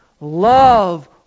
Love